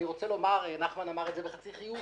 אני רוצה לומר נחמן שי אמר את זה בחצי חיוך